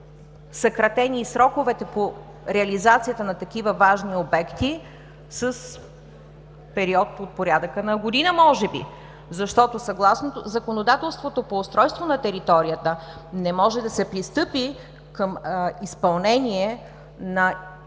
съкратени и сроковете по реализацията на такива важни обекти с период от порядъка на година може би, защото, съгласно законодателството по устройство на територията, не може да се пристъпи към изпълнение на инвестиционен